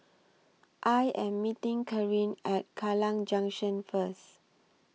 I Am meeting Carin At Kallang Junction First